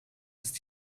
ist